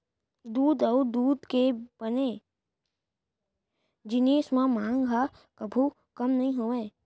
दूद अउ दूद के बने जिनिस के मांग ह कभू कम नइ होवय